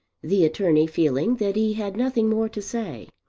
the attorney feeling that he had nothing more to say.